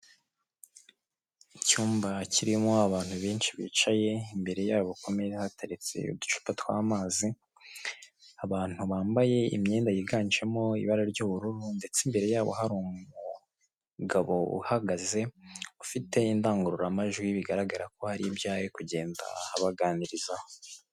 Icyumba kirimo abantu benshi bicaye imbere yabo ku meza hateretse uducupa tw'amazi, abantu bambaye imyenda yiganjemo ibara ry'ubururu ndetse imbere yabo hari umugabo uhagaze ufite indangururamajwi bigaragara ko hari ibya ari kugenda abaganirizaho.